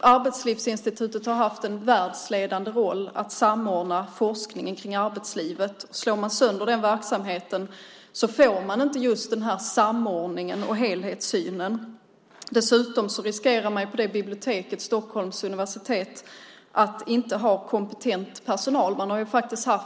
Arbetslivsinstitutet har haft en världsledande roll i att samordna forskning om arbetslivet. Slår man sönder den verksamheten får man inte just den samordningen och helhetssynen. Dessutom finns risken att man på biblioteket vid Stockholms universitet inte har kompetent personal.